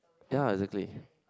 ya exactly